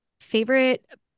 Favorite